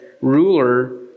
ruler